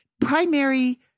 primary